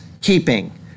Keeping